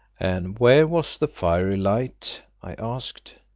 and where was the fiery light? i asked.